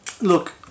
Look